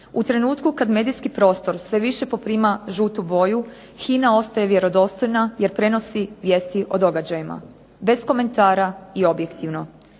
U trenutku kad medijski prostor sve više poprima žutu boju HINA ostaje vjerodostojna jer prenosi vijesti o događajima bez komentara i objektivno.